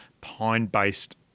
pine-based